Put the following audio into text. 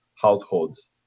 households